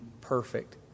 perfect